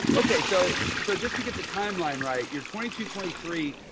okay. so, so just to get the timeline, right. you're twenty two, twenty three.